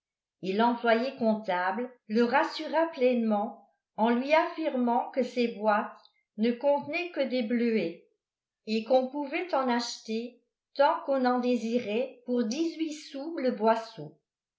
et l'employé comptable le rassura pleinement en lui affirmant que ces boîtes ne contenaient que des bleuets et qu'on pouvait en acheter tant qu'on en désirait pour dix-huit sous le boisseau